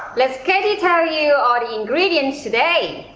let katie tell you all the ingredients today.